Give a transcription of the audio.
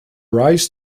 rise